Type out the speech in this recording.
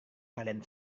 kalian